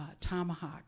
Tomahawk